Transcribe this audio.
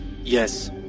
Yes